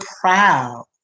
proud